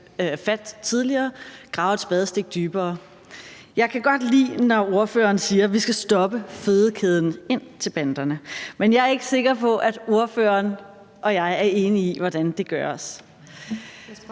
fat tidligere og grave et spadestik dybere. Jeg kan godt lide, når ordføreren siger, at vi skal stoppe fødekæden til banderne, men jeg er ikke sikker på, at ordføreren og jeg er enige om, hvordan det gøres.